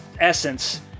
essence